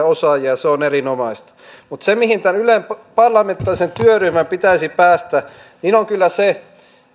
osaajia se on erinomaista mutta se mihin tämän ylen parlamentaarisen työryhmän pitäisi päästä on kyllä se